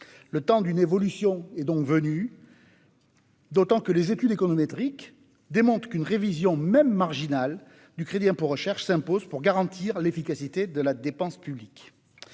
Le temps d'une évolution est donc venu, d'autant que les études économétriques démontrent qu'une révision même marginale du CIR s'impose pour garantir l'efficacité de la dépense publique.